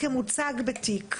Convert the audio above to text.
כמוצג בתיק.